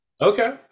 Okay